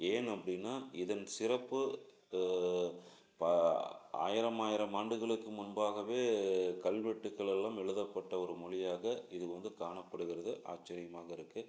ஏன் அப்படின்னா இதன் சிறப்பு பா ஆயிரம் ஆயிரம் ஆண்டுகளுக்கு முன்பாகவே கல்வெட்டுக்கள்லலாம் எழுதப்பட்ட ஒரு மொழியாக இது வந்து காணப்படுகிறது ஆச்சரியமாக இருக்குது